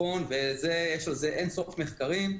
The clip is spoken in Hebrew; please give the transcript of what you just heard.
ויש על זה אין-סוף מחקרים,